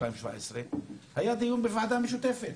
בוועדה המשותפת